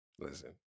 listen